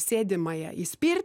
sėdimąją įspirt